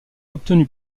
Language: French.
obtenu